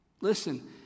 listen